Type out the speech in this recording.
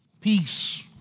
Peace